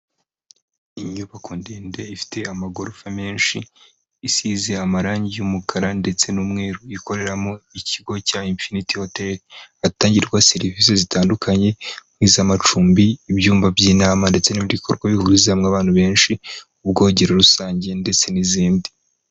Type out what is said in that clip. Inyubako ndende ifite amagorofa menshi, isize amarangi umukara ndetse n'umweru, ikoreramo ikigo cya Infinity hoteri, hatangirwa serivisi zitandukanye nk'iz'amacumbi, ibyumba by'inama ndetse n'ibikorwa bihuriza hamwe abantu benshi, ubwogero rusange ndetse n'izindi.